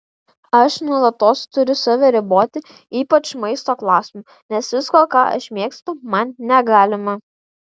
aš nuolatos turiu save riboti ypač maisto klausimu nes visko ką aš mėgstu man negalima